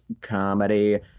Comedy